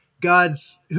God's